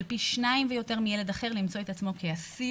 פי שניים ויותר מילד אחר למצוא את עצמו כאסיר.